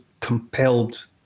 compelled